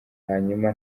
hanyuma